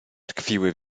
tkwiły